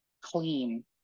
clean